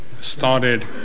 started